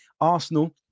Arsenal